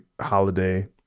holiday